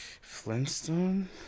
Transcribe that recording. Flintstone